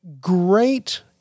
great